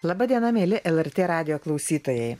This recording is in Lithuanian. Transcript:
laba diena mieli el er tė radijo klausytojai